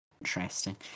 Interesting